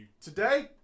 Today